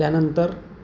त्यानंतर